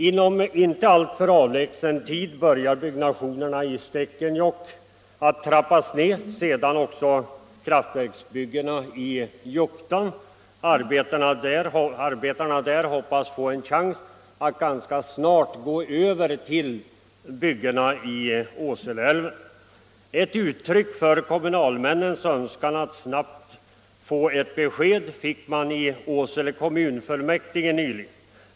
Inom en inte alltför avlägsen tid börjar byggnationerna i Stekenjokk att trappas ned och sedan också kraftverksbygget i Juktan. Arbetarna där hoppas på en chans att ganska snart gå över till byggena i Åseleälven. Ett uttryck för kommunalmännens önskan att snabbt erhålla ett besked fick man nyligen i Åsele kommunfullmäktige.